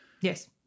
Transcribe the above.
Yes